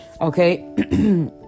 Okay